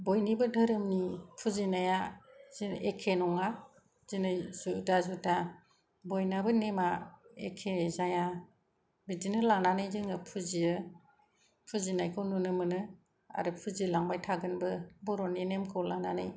बयनिबो धोरोमनि फुजिनाया एखे नङा दिनै जुदा जुदा बयनाबो नेमआ एखे जाया बिदिनो लानानै जोङो फुजियो फुजिनायखौ नुनो मोनो आरो फुजिलांबाय थागोनबो बर'नि नेमखौ लानानै